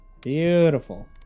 Beautiful